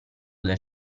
del